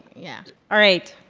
yeah all right.